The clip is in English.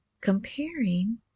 comparing